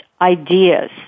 ideas